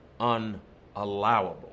unallowable